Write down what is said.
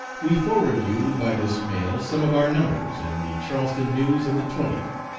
we forward you by this mail some of our numbers and the charleston news of the twentieth.